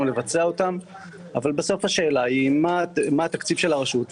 לבצע איתם אבל בסוף השאלה היא מה התקציב של הרשות,